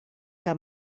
que